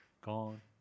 gone